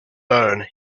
burn